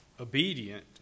obedient